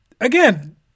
again